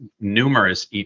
numerous